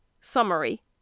Summary